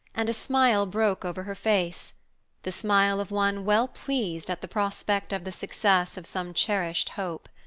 and a smile broke over her face the smile of one well pleased at the prospect of the success of some cherished hope.